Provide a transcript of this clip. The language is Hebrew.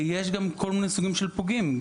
יש גם כל מיני סוגים של פוגעים,